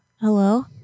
Hello